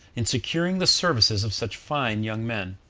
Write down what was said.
in securing the services of such fine young men.